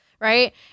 Right